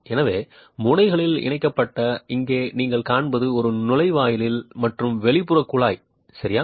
எனவே முனைகளில் இணைக்கப்பட்ட இங்கே நீங்கள் காண்பது ஒரு நுழைவாயில் மற்றும் வெளிப்புற குழாய் சரியா